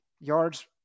yards